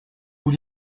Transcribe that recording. vous